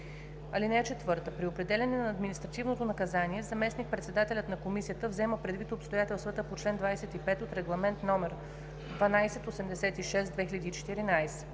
000 лв. (4) При определяне на административното наказание заместник-председателят на комисията взема предвид обстоятелствата по чл. 25 от Регламент (ЕС) № 1286/2014.